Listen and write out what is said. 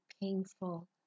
painful